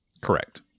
Correct